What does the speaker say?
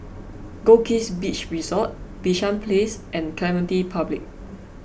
Goldkist Beach Resort Bishan Place and Clementi Public